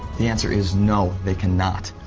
the answer is, no, they can not.